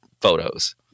photos